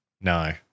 No